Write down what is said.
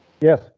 Yes